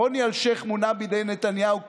רוני אלשיך מונה בידי נתניהו,